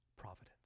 providence